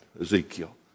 Ezekiel